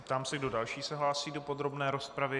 Ptám se, kdo další se hlásí do podrobné rozpravy.